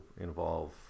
involve